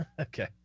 Okay